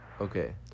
Okay